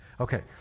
Okay